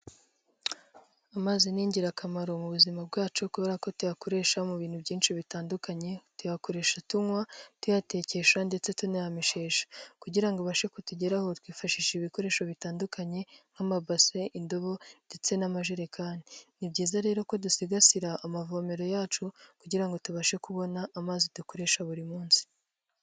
Amazi ni ingirakamaro mu buzima bwacu kubera ko tuyakoresha mu bintu byinshi bitandukanye, tuyakoresha tunywa, tuyatekesha ndetse tunayameshesha. Kugira ngo abashe kutugeraho twifashisha ibikoresho bitandukanye nk'amabase, indobo, ndetse n'amajerekani. Ni byiza rero ko dusigasira amavomero yacu kugira ngo tubashe kubona amazi dukoresha buri munsi.